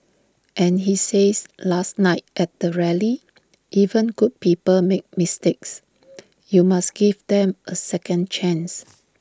and he says last night at the rally even good people make mistakes you must give them A second chance